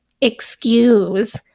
excuse